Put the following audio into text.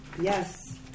Yes